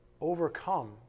overcome